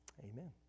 amen